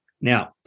Now